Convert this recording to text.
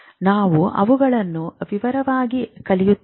ನಾವು ಅವುಗಳನ್ನು ವಿವರವಾಗಿ ಕಲಿಯುತ್ತೇವೆ